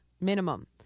Minimum